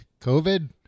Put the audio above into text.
COVID